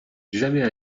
jamais